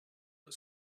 the